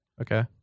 okay